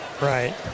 Right